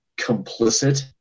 complicit